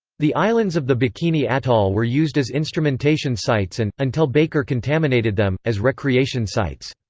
the islands of the bikini atoll were used as instrumentation sites and, until baker contaminated them, as recreation sites.